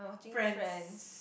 friends